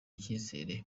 icyizere